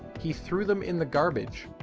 he threw them in the garbage.